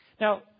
Now